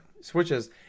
switches